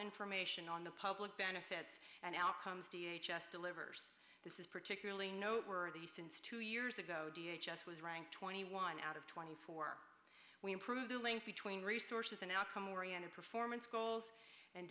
information on the public benefit and outcomes just delivers this is particularly noteworthy since two years ago d h us was ranked twenty one out of twenty four we improved the link between resources and outcome oriented performance goals and